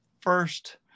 first